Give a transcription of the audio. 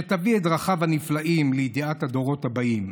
שיביא את דרכיו הנפלאות לידיעת הדורות הבאים.